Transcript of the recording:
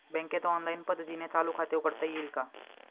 बँकेत ऑनलाईन पद्धतीने चालू खाते उघडता येईल का?